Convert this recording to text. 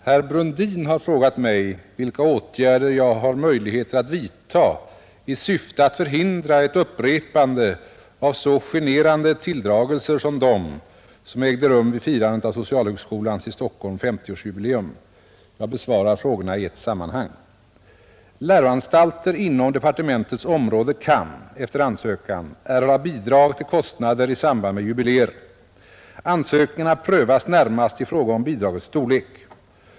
Herr Brundin har frågat mig vilka åtgärder jag har möjligheter att vidtaga i syfte att förhindra ett upprepande av så generande tilldragelser, som de som ägde rum vid firandet av socialhögskolans i Stockholm femtioårsjubileum. Jag besvarar frågorna i ett sammanhang. Läroanstalter inom departementets område kan, efter ansökan, erhålla bidrag till kostnader i samband med jubileer. Ansökningarna prövas närmast i fråga om bidragets storlek.